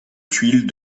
tuiles